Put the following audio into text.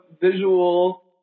visual